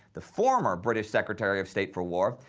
the former british secretary of state for war,